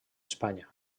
espanya